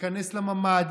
להיכנס לממ"ד.